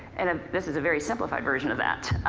and ah this is a very simplified version of that.